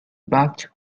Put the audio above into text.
bought